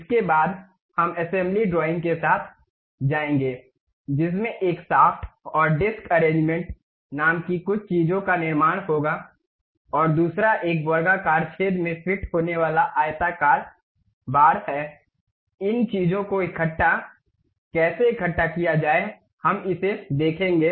इसके बाद हम असेंबली ड्रॉइंग के साथ जाएंगे जिसमें एक शाफ्ट और डिस्क अरेंजमेंट नाम की कुछ चीज़ों का निर्माण होगा और दूसरा एक वर्गाकार छेद में फिट होने वाला आयताकार बार है इन चीजों को कैसे इकट्ठा किया जाए हम इसे देखेंगे